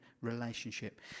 relationship